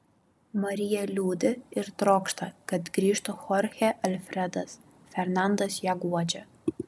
marija liūdi ir trokšta kad grįžtų chorchė alfredas fernandas ją guodžia